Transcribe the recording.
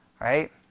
Right